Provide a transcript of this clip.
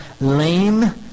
lame